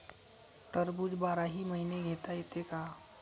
टरबूज बाराही महिने घेता येते का?